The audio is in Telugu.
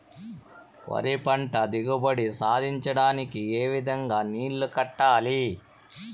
వరి పంట దిగుబడి సాధించడానికి, ఏ విధంగా నీళ్లు కట్టాలి?